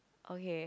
okay